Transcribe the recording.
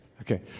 Okay